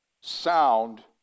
sound